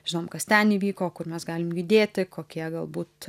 žinom kas ten įvyko kur mes galim judėti kokie galbūt